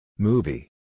Movie